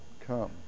Come